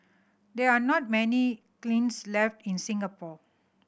there are not many kilns left in Singapore